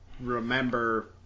remember